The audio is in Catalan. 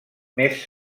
més